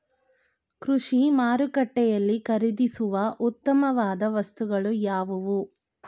ಕೃಷಿ ಮಾರುಕಟ್ಟೆಯಲ್ಲಿ ಖರೀದಿಸುವ ಉತ್ತಮವಾದ ವಸ್ತುಗಳು ಯಾವುವು?